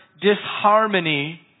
disharmony